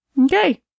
Okay